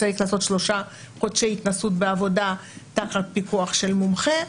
צריך לעשות שלושה חודשי התנסות בעבודה תחת פיקוח של מומחה.